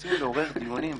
רוצים לעורר דיונים,